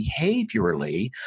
behaviorally